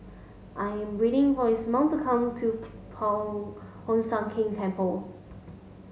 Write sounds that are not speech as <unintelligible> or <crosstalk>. I'm waiting for Ismael to come to <unintelligible> Hoon Sian Keng Temple